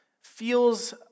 Feels